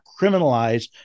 criminalize